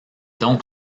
donc